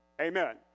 Amen